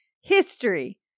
history